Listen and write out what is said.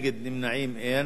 נגד ונמנעים, אין.